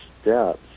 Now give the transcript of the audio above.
steps